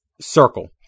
circle